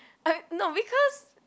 no because